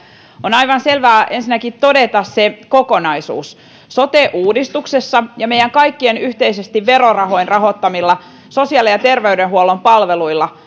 on aivan selvää ensinnäkin todeta se kokonaisuus sote uudistuksessa ja meidän kaikkien yhteisesti verorahoin rahoittamilla sosiaali ja terveydenhuollon palveluilla